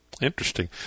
Interesting